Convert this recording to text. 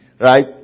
Right